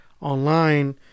online